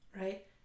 right